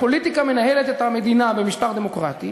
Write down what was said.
הפוליטיקה מנהלת את המדינה במשטר דמוקרטי